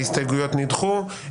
ההסתייגויות נדחו.